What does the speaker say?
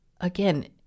again